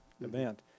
event